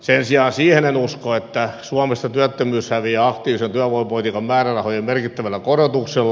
sen sijaan siihen en usko että suomesta työttömyys häviää aktiivisen työvoimapolitiikan määrärahojen merkittävällä korotuksella